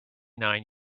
nine